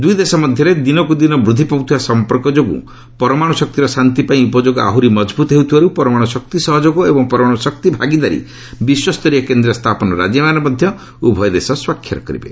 ଦୁଇଦେଶ ମଧ୍ୟରେ ଦିନକୁ ଦିନ ବୃଦ୍ଧି ପାଉଥିବା ସଂପର୍କ ଯୋଗୁଁ ପରମାଣୁଶକ୍ତିର ଶାନ୍ତି ପାଇଁ ଉପଯୋଗ ଆହୁରି ମଜବୁତ ହେଉଥିବାରୁ ପରମାଣୁଶକ୍ତି ସହଯୋଗ ଏବଂ ପରମାଣୁ ଶକ୍ତି ଭାଗିଦାରୀ ବିଶ୍ୱସ୍ତରୀୟ କେନ୍ଦ୍ର ସ୍ଥାପନ ରାଜିନାମାରେ ମଧ୍ୟ ଉଭୟ ଦେଶ ସ୍ୱାକ୍ଷର କରିବେ